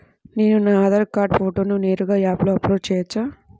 నేను నా ఆధార్ కార్డ్ ఫోటోను నేరుగా యాప్లో అప్లోడ్ చేయవచ్చా?